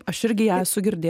aš irgi ją esu girdė